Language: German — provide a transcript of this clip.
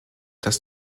dass